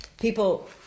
people